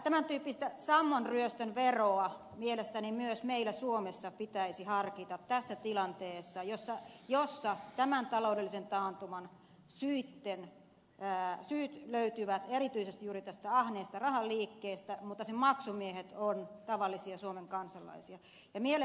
tämän tyyppistä sammon ryöstön veroa mielestäni meillä myös suomessa pitäisi harkita tässä tilanteessa jossa tämän taloudellisen taantuman syyt löytyvät erityisesti juuri tästä ahneesta rahan liikkeestä mutta sen maksumiehet ovat tavallisia suomen kansalaisia